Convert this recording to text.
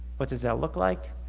what does that look like